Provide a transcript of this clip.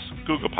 Google